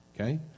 okay